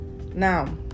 Now